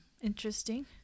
interesting